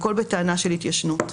והכול בטענה של התיישנות.